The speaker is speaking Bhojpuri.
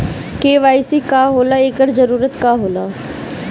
के.वाइ.सी का होला एकर जरूरत का होला?